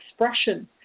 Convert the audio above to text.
expression